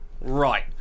Right